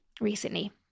recently